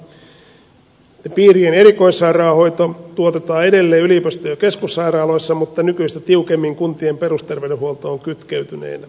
piirien erikoissairaanhoito tuotetaan edelleen yliopistojen keskussairaaloissa mutta nykyistä tiukemmin kuntien perusterveydenhuoltoon kytkeytyneenä